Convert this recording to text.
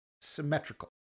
symmetrical